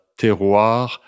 terroir